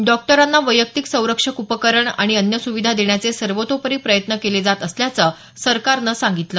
डॉक्टरांना वैयक्तिक संरक्षक उपकरण आणि अन्य सुविधा देण्याचे सर्वतोपरी प्रयत्न केले जात असल्याचं सराकरनं सांगितलं